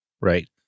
right